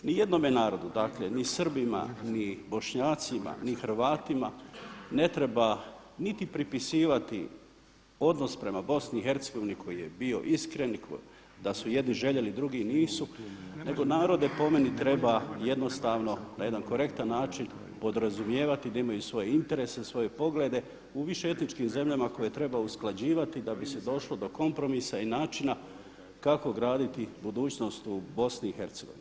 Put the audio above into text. Ni jednome narodu, dakle ni Srbima, ni Bošnjacima, ni Hrvatima ne treba niti pripisivati odnos prema BiH koji je bio iskren i da su jedni željeli, drugi nisu nego narode po meni treba jednostavno na jedan korektan način podrazumijevati da imaju svoje interese, svoje poglede u više etičkim zemljama koje treba usklađivati da bi se došlo do kompromisa i načina kako graditi budućnost u BiH.